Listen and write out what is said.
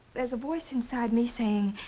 there's a voice inside me saying.